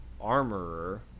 armorer